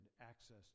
access